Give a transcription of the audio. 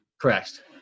Correct